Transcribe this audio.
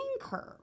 curve